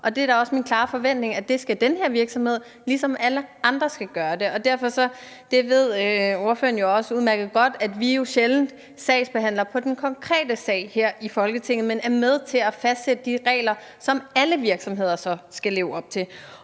og det er da min klare forventning, at det skal den her virksomhed også gøre, ligesom alle andre skal. Ordføreren ved jo udmærket godt, at vi sjældent sagsbehandler på den konkrete sag her i Folketinget, men er med til at fastsætte de regler, som alle virksomheder så skal leve op til.